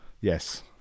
Yes